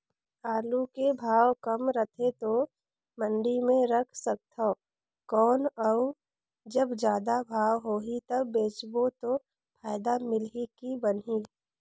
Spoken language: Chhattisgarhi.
आलू के भाव कम रथे तो मंडी मे रख सकथव कौन अउ जब जादा भाव होही तब बेचबो तो फायदा मिलही की बनही?